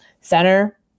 Center